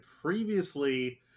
previously